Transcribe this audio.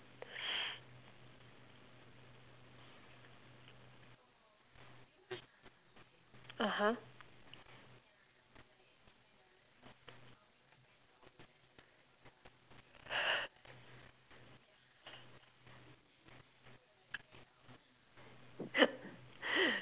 (uh huh)